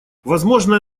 возможное